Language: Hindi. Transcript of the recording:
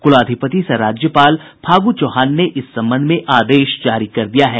कुलाधिपति सह राज्यपाल फागु चौहान इस संबंध में आदेश जारी कर दिया है